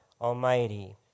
Almighty